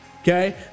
okay